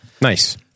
Nice